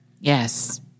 Yes